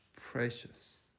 precious